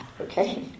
Okay